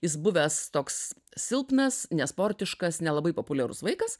jis buvęs toks silpnas nesportiškas nelabai populiarus vaikas